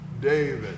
David